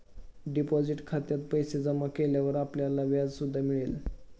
deposit खात्यात पैसे जमा केल्यावर आपल्याला व्याज सुद्धा मिळेल